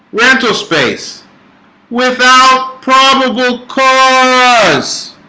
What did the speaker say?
rental space without probable cause cause